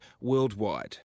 worldwide